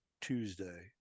tuesday